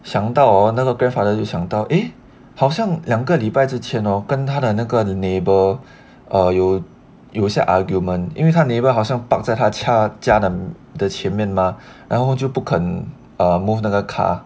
想到 hor 那个 grandfather 就想到 eh 好像两个礼拜之前 hor 跟他的那个的 neighbour 哦有有些 argument 因为他 neighbour 好像 park 在他家的前面嘛然后就不肯 move 他的那个 car